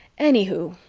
anyhoo,